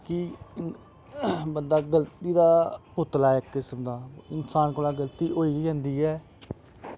कि बंदा गलती दा पुतला ऐ इक किसम दा इंसान कोला गलती होई गै जंदी ऐ